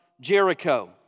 Jericho